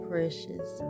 Precious